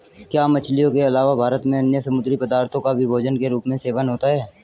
क्या मछलियों के अलावा भारत में अन्य समुद्री पदार्थों का भी भोजन के रूप में सेवन होता है?